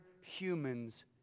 human's